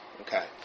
Okay